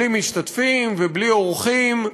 בלי משתתפים ובלי אורחים,